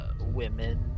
Women